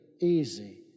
easy